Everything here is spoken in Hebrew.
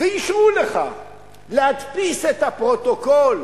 ואישרו לך להדפיס את הפרוטוקול,